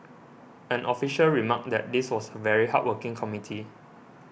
an official remarked that this was a very hardworking committee